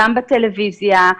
גם בטלוויזיה,